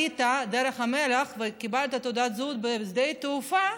עלית בדרך המלך וקיבלת תעודת זהות בשדה התעופה,